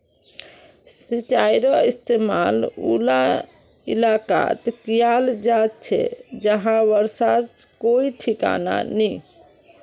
सिंचाईर इस्तेमाल उला इलाकात कियाल जा छे जहां बर्षार कोई ठिकाना नी